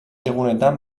egunetan